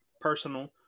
personal